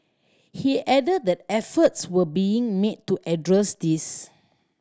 he added that efforts were being made to address this